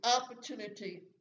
opportunity